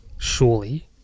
Surely